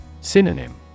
Synonym